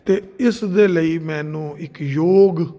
ਅਤੇ ਇਸ ਦੇ ਲਈ ਮੈਨੂੰ ਇੱਕ ਯੋਗ